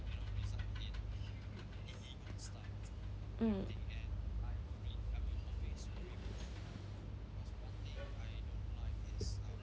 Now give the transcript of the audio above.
mm